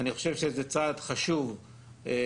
אני חושב שזה צעד חשוב לכולם.